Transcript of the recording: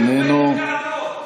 איננו,